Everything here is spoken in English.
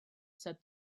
said